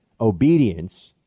obedience